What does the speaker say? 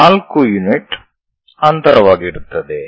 ಆದ್ದರಿಂದ V 4 unit ಅಂತರವಾಗಿರುತ್ತದೆ